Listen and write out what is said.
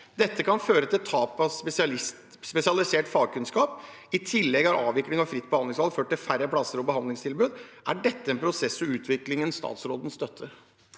Dette kan føre til tap av spesialisert fagkunnskap. I tillegg har avviklingen av fritt behandlingsvalg ført til færre plasser og behandlingstilbud. Er dette en prosess og utvikling statsråden støtter?»